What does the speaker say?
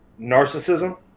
narcissism